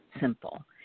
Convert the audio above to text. simple